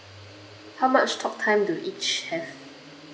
how much talk time do each have